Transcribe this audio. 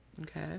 okay